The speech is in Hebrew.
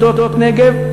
שדות-נגב,